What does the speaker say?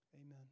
amen